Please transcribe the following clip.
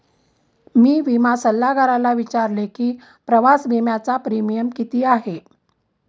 मी विमा सल्लागाराला विचारले की प्रवास विम्याचा प्रीमियम किती आहे?